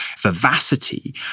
vivacity